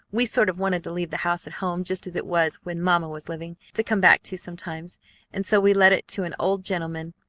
we sort of wanted to leave the house at home just as it was when mamma was living, to come back to sometimes and so we let it to an old gentleman,